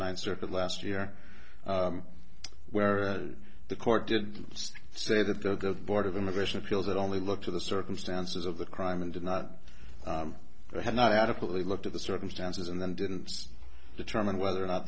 ninth circuit last year where the court did say that the board of immigration appeals that only look to the circumstances of the crime and did not have not adequately looked at the circumstances and then didn't determine whether or not